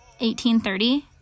1830